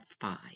five